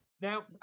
Now